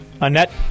Annette